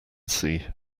see